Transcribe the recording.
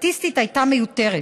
הסטטיסטית הייתה מיותרת.